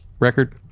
Record